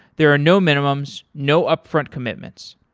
there are no minimums, no upfront commitments.